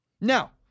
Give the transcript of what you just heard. Now